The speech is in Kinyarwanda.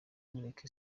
mureke